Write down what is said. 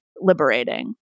liberating